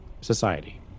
society